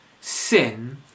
sin